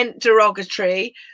derogatory